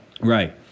Right